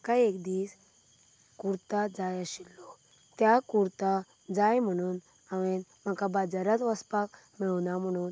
म्हाका एक दीस कुर्ता जाय आशिल्लो तो कुर्ता जाय म्हणून हांवें म्हाका बाजारांत वचपाक मेळूंक ना म्हणून